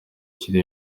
kiri